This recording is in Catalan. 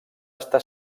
estar